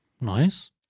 Nice